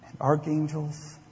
archangels